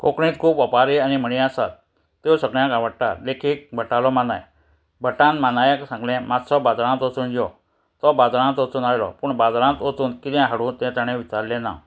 कोंकणींत खूब ओंपारी आनी म्हणी आसात त्यो सगळ्यांक आवडटा देखीक भटालो मानाय बटान मानायक सांगलें मात्सो बाजारांत वचून यो तो बाजारांत वचून आयलो पूण बाजारांत वचून किदें हाडू तें ताणें विचारलें ना